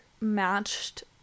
matched